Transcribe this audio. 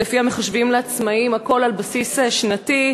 שלפיה מחשבים לעצמאים הכול על בסיס שנתי,